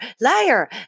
liar